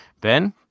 Ben